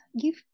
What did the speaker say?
give